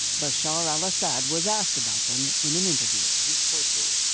bashar al-assad was asked about them in an interview. this photo.